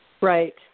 Right